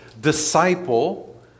disciple